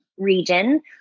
Region